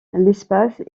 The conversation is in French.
l’espace